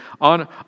on